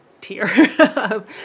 tier